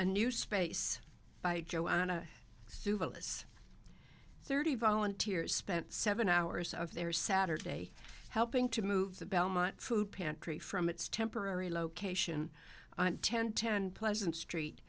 a new space by joanna civil as thirty volunteers spent seven hours of their saturday helping to move the belmont food pantry from its temporary location ten ten pleasant street